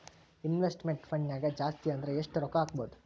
Investment ಫಂಡ್ನ್ಯಾಗ ಜಾಸ್ತಿ ಅಂದ್ರ ಯೆಷ್ಟ್ ರೊಕ್ಕಾ ಹಾಕ್ಬೋದ್?